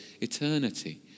eternity